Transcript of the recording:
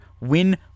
win